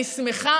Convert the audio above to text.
אני שמחה